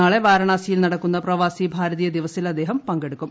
നാളെ വാരണാസിയിൽ നടക്കുന്ന പ്രവി്റ്സി ഭാരതീയ ദിവസിൽ അദ്ദേഹം പങ്കെടുക്കും